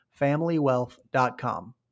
familywealth.com